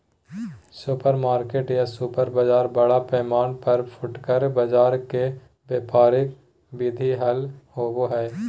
supermarket या super बाजार बड़ पैमाना पर फुटकर बाजार के व्यापारिक विधि हल होबा हई